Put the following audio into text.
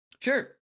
Sure